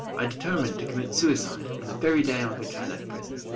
i determined to commit suicide on the very day on which i left prison.